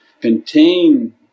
contain